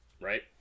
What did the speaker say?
right